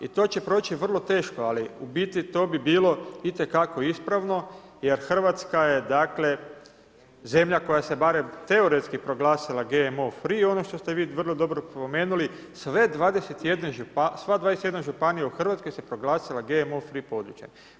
I to će proći vrlo teško, ali u biti to bi bilo itekako ispravno, jer Hrvatska je dakle, zemlja koja se barem teoretski proglasila GMO free, ono što ste vi vrlo dobro spomenuli, sve 21 županija u Hrvatskoj se proglasila GMO free područjem.